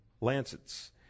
lancets